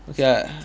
okay ah